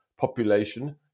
population